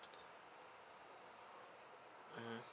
mmhmm